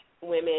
women